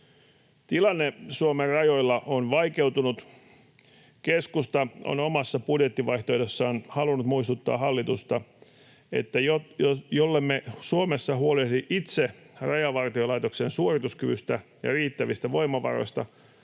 Tilanne Suomen rajoilla on vaikeutunut. Keskusta on omassa budjettivaihtoehdossaan halunnut muistuttaa hallitusta, että jollemme Suomessa huolehdi itse Rajavartiolaitoksen suorituskyvystä ja riittävistä voimavaroista,